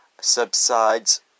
subsides